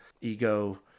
ego